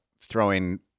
throwing